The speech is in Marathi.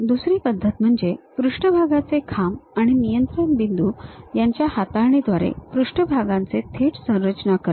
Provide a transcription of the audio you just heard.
दुसरी पद्धत म्हणजे पृष्ठभागाचे खांब आणि नियंत्रण बिंदू यांच्या हाताळणीद्वारे पृष्ठभागाचे थेट संरचना करणे